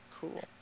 Cool